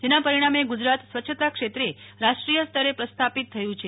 જેના પરિણામે ગુજરાત સ્વચ્છતા ક્ષેત્રે રાષ્ટ્રીય સ્તરે પ્રસ્થાપિત થયું છે